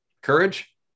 courage